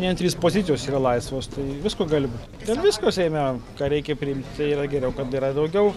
vien trys pozicijos yra laisvos tai visko gali būt dėl visko seime ką reikia priimt tai yra geriau kad yra daugiau